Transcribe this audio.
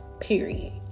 period